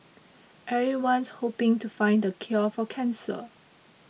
everyone's hoping to find the cure for cancer